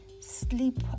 Sleep